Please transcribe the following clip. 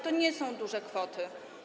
To nie są duże kwoty.